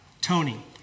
Tony